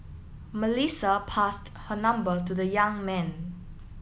Melissa passed her number to the young man